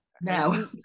Now